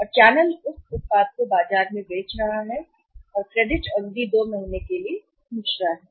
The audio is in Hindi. और चैनल उस उत्पाद को बाजार में बेच रहा है और क्रेडिट अवधि जो चैनल है अपने 2 महीने के लिए पूछ रहा है